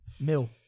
mil